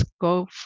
Go